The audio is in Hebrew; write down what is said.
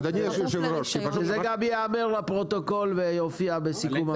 זה גם ייאמר לפרוטוקול ויופיע בסיכום הוועדה.